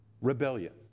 rebellion